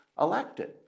elected